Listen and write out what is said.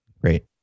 Great